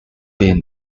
been